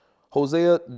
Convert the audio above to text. Hosea